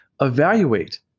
evaluate